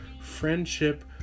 Friendship